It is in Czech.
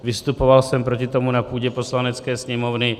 Vystupoval jsem proti tomu na půdě Poslanecké sněmovny.